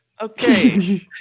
Okay